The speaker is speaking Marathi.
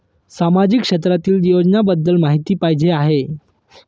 सामाजिक क्षेत्रातील योजनाबद्दल माहिती पाहिजे आहे?